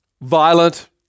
violent